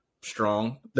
strong